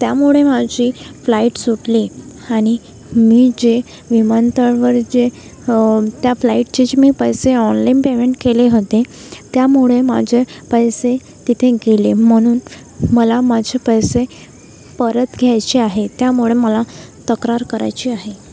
त्यामुळे माझी फ्लाईट सुटली आणि मी जे विमानतळवर जे त्या फ्लाईटचे जे मी पैसे ऑनलाईन पेमेंट केले होते त्यामुळे माझे पैसे तिथे गेले म्हणून मला माझे पैसे परत घ्यायचे आहे त्यामुळे मला तक्रार करायची आहे